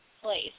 place